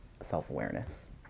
self-awareness